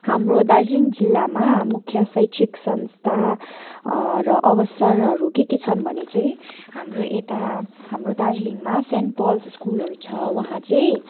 हाम्रो दार्जिलिङ जिल्लामा मुख्य शैक्षिक संस्था र अवसरहरू के के छन् भने चाहिँ हाम्रो यता हाम्रो दार्जिलिङमा सेन्ट पल स्कुलहरू छ वहाँ चाहिँ